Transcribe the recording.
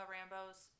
Rambo's